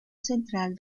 central